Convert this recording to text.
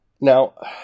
Now